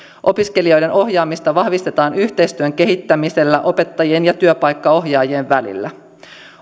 opiskelijoiden ohjaamista vahvistetaan yhteistyön kehittämisellä opettajien ja työpaikkaohjaajien välillä